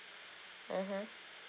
mmhmm